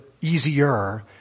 easier